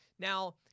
Now